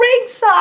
ringside